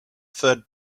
third